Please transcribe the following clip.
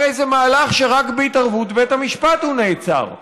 הרי זה מהלך שרק בהתערבות בית המשפט נעצר.